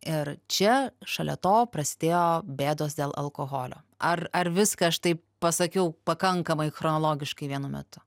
ir čia šalia to prasidėjo bėdos dėl alkoholio ar ar viską aš taip pasakiau pakankamai chronologiškai vienu metu